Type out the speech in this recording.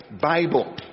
Bible